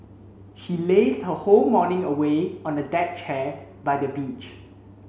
she lazed her whole morning away on a deck chair by the beach